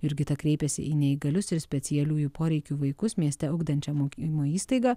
jurgita kreipėsi į neįgalius ir specialiųjų poreikių vaikus mieste ugdančią mokymo įstaigą